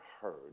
heard